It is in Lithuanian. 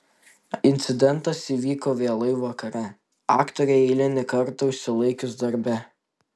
incidentas įvyko vėlai vakare aktorei eilinį kartą užsilaikius darbe